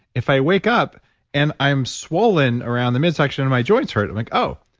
if i wake up and i'm swollen around the midsection and my joints hurt, i'm like, oh,